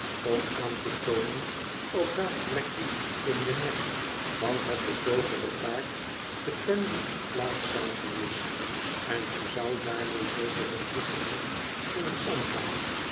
om aan te toonen op welk plekje in den nek van hot betooverde paard de pen moest geplaatst zijn geweest en hij zou daarmee zeker zoo goed hebben kunnen omgaan